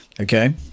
okay